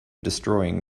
destroying